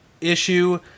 issue